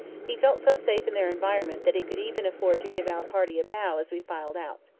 he felt so safe in their environment that he could even afford to give our party a bow as we filed out.